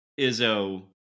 Izzo